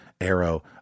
Arrow